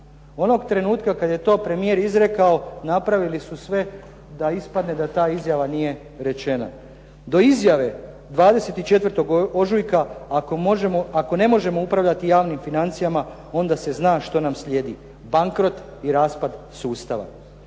Onog trenutka kad je to premijer izrekao, napravili su sve da ispadne da ta izjava nije rečena. Do izjave 24. ožujka, ako ne možemo upravljati javnim financijama, onda se zna što nam slijedi, bankrot i raspad sustava.